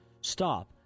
stop